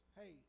hey